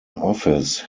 office